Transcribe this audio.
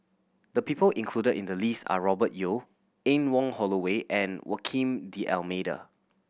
the people included in the list are Robert Yeo Anne Wong Holloway and Joaquim D'Almeida